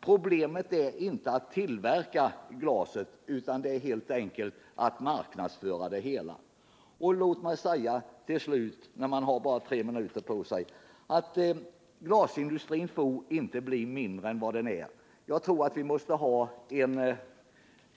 Problemet är inte att tillverka glaset utan helt enkelt att marknadsföra det. Och låt mig säga till slut — jag har ju bara tre minuter till förfogande för det här inlägget — att glasindustrin får inte bli mindre än den är. Jag tror vi måste ha en